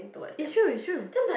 is true is true